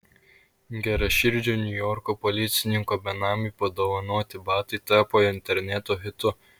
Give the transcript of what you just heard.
geraširdžio niujorko policininko benamiui padovanoti batai tapo interneto hitu